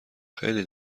خیلی